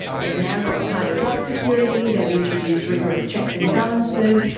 they've now got tighter drug security, they've introduced rigorous checks and balances,